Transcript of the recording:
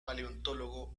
paleontólogo